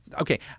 Okay